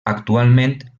actualment